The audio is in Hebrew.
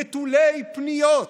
נטולי פניות.